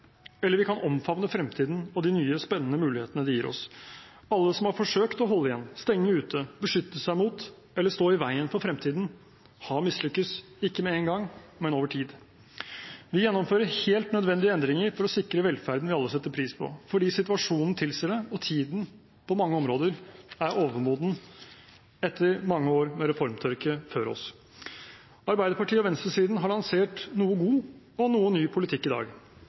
eller vi kan omfavne fremtiden og de nye spennende mulighetene det gir oss. Alle som har forsøkt å holde igjen, stenge ute, beskytte seg mot eller stå i veien for fremtiden, har mislykkes – ikke med en gang, men over tid. Vi gjennomfører helt nødvendige endringer for å sikre velferden vi alle setter pris på fordi situasjonen tilsier det og tiden på mange områder er overmoden etter mange år med reformtørke før oss. Arbeiderpartiet og venstresiden har lansert noe god og noe ny politikk i dag.